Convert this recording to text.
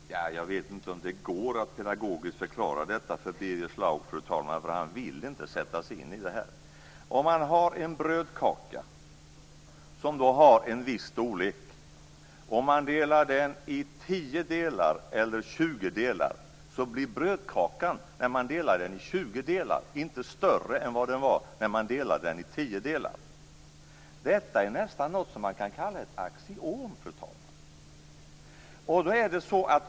Fru talman! Jag vet inte om det går att pedagogiskt förklara detta för Birger Schlaug. Han vill inte sätta sig in i det. Om man har en brödkaka av en viss storlek och delar den i 10 delar eller i 20 delar blir brödkakan inte större om man delar den i 20 delar än den var när man delade den i 10 delar. Detta är nästan något som man kan kalla för ett axiom, fru talman.